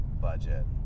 budget